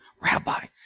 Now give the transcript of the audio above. rabbi